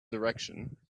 direction